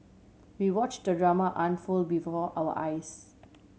we watched the drama unfold before our eyes